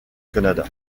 canada